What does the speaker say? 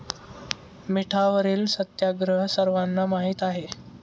मिठावरील सत्याग्रह सर्वांना माहीत आहे